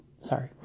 Sorry